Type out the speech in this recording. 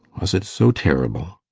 was it so terrible?